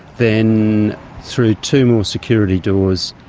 then through two more security doors,